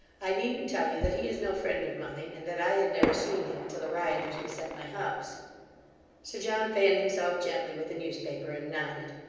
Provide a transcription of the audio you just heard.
i needn't tell you that he is no friend of mine, and that i had never seen him, until the rioters beset my house sir john fanned himself gently with the newspaper, and nodded.